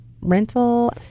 rental